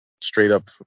straight-up